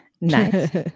Nice